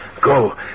Go